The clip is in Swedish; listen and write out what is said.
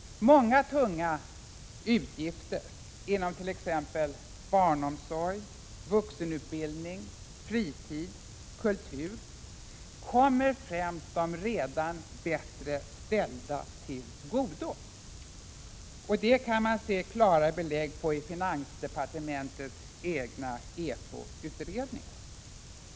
Tunga utgifter för t.ex. barnomsorg, vuxenutbildning, fritid och kultur kommer främst de redan bättre ställda till godo. Det kan man få klara belägg för i finansdepartementets egna EFO-utredningar.